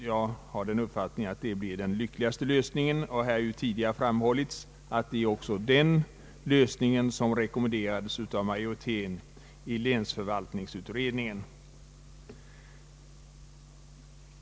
Jag har den uppfattningen att det är den lyckligaste lösningen, och jag har tidigare framhållit att det också är den lösning som rekommenderades av majoriteten i länsförvaltningsutredningen.